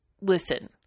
listen